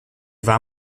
war